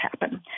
happen